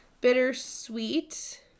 Bittersweet